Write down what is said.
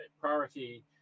priority